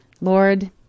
Lord